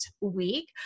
week